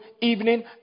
evening